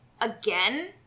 again